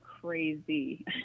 crazy